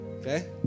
Okay